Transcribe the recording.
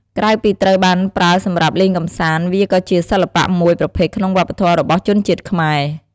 ក្រៅពីត្រូវបានប្រើសម្រាប់លេងកម្សាន្ត វាក៏ជាសិល្បៈមួយប្រភេទក្នុងវប្បធម៌របស់ជនជាតិខ្មែរ។